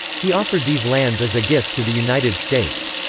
he offered these lands as a gift to the united states.